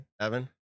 Evan